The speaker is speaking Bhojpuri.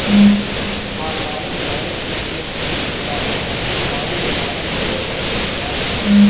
ऑनलाइन बैंक स्टेटमेंट निकाले खातिर माई अकाउंट पे पहिले जाए